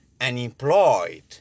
unemployed